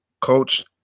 Coach